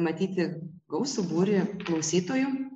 matyti gausų būrį klausytojų